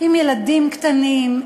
עם ילדים קטנים,